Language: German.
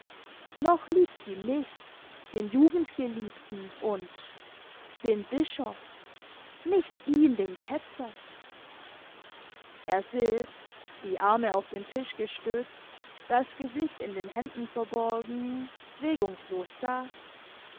noch liebt sie mich den jugendgeliebten und den bischof nicht ihn den ketzer er sitzt die arme auf den tisch gestützt das gesicht in den händen verborgen regungslos da